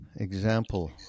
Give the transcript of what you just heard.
Example